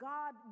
God